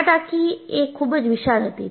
આ ટાંકી એ ખૂબ જ વિશાળ હતી